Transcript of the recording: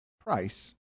price